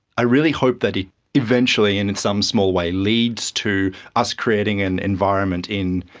i really hope that it eventually and in some small way leads to us creating an environment in